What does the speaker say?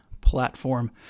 platform